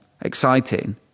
exciting